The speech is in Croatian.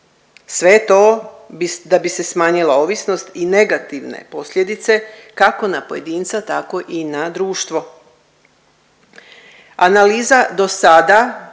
Sve to da bi se smanjila ovisnost i negativne posljedice kako na pojedinca tako i na društvo.